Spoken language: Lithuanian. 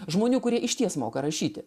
žmonių kurie išties moka rašyti